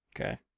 Okay